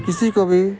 کسی کو بھی